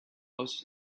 was